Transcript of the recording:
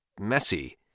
messy